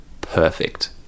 perfect